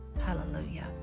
hallelujah